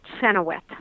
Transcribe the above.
Chenoweth